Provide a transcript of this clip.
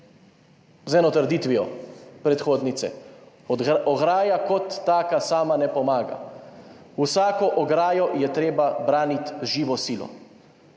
z eno trditvijo predhodnice: "Ograja kot taka sama ne pomaga, vsako ograjo je treba braniti z živo silo."